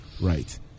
Right